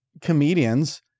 comedians